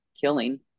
killing